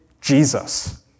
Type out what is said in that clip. Jesus